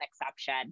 exception